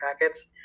packets